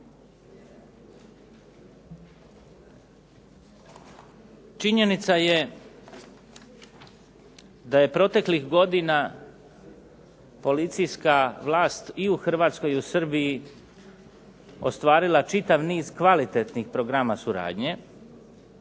Činjenica je da je proteklih godina policijska vlast i u Hrvatskoj i u Srbiji ostvarila čitav niz kvalitetnih programa suradnje,